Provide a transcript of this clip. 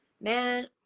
man